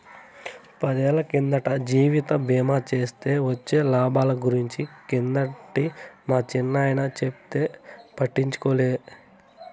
పదేళ్ళ కిందట జీవిత బీమా సేస్తే వొచ్చే లాబాల గురించి కిందటే మా చిన్నాయన చెప్తే పట్టించుకోలే